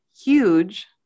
huge